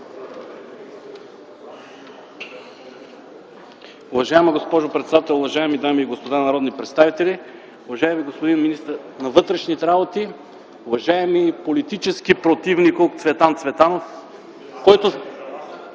Уважаема госпожо председател, уважаеми дами и господа народни представители! Уважаеми господин министър на вътрешните работи, уважаеми политически противнико Цветан Цветанов!